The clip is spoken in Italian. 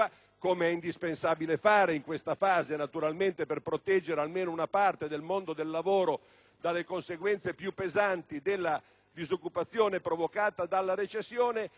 è indispensabile fare in questa fase per proteggere almeno una parte del mondo del lavoro dalle conseguenze più pesanti della disoccupazione provocata dalla recessione